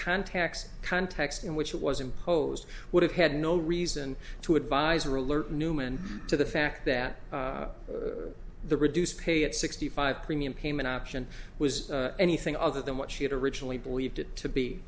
contacts context in which it was imposed would have had no reason to advise or alert newman to the fact that the reduced pay at sixty five premium payment option was anything other than what she had originally believed it to be